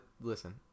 listen